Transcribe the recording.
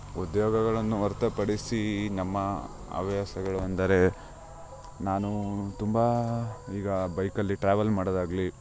ಉದ್ಯೋಗಗಳನ್ನು ಹೊರ್ತುಪಡಿಸಿ ನಮ್ಮ ಹವ್ಯಾಸಗಳು ಅಂದರೆ ನಾನು ತುಂಬ ಈಗ ಬೈಕಲ್ಲಿ ಟ್ರಾವೆಲ್ ಮಾಡೋದಾಗಲಿ